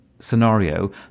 scenario